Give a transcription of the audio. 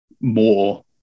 more